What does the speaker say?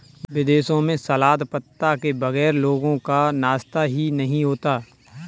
विदेशों में सलाद पत्ता के बगैर लोगों का नाश्ता ही नहीं होता